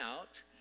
out